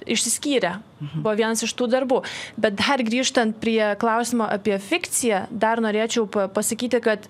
išsiskyrę buvo vienas iš tų darbų bet dar grįžtant prie klausimo apie fikciją dar norėčiau pa pasakyti kad